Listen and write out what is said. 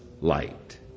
light